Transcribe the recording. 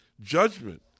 judgment